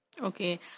okay